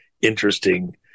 interesting